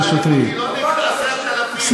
הצליח לדחוף את ערביי ישראל למחאות אלימות ולא